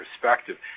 perspective